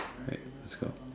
alright let's go